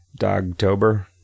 dogtober